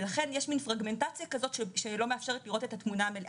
ולכן יש מין פרגמנטציה כזאת שלא מאפשרת לראות את התמונה המלאה.